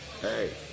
hey